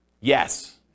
Yes